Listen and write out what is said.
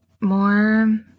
more